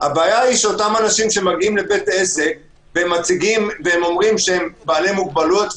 הבעיה היא שאתם אנשים שמגיעים לבית עסק ואומרים שהם בעלי מוגבלויות,